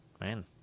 Man